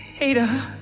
Ada